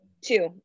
Two